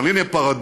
אבל הנה פרדוקס,